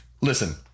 listen